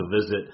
visit